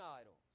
idols